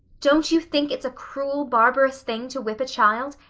don't you think it's a cruel, barbarous thing to whip a child.